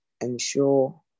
Ensure